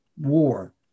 war